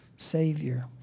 Savior